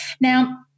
Now